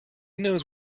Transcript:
knows